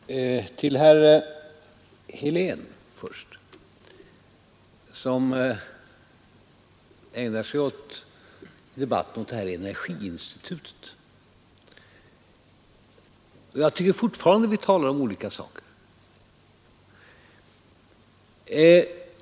Herr talman! Först till herr Helén, som i den här debatten ägnar sig åt energiinstitutet. Jag tycker fortfarande att vi talar om olika saker.